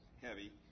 heavy